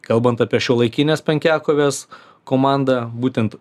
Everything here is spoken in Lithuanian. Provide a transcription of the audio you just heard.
kalbant apie šiuolaikinės penkiakovės komandą būtent